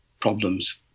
problems